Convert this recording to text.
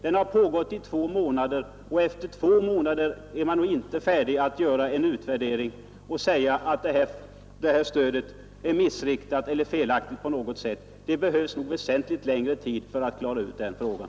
Den har pågått i två månader, och efter två månader kan man inte vara färdig att göra en utvärdering och säga att det här stödet är missriktat eller felaktigt. Det behövs väsentligt längre tid för att klara ut den frågan.